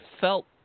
felt